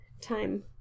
time